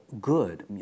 good